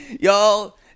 Y'all